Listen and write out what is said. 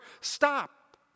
stop